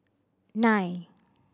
nine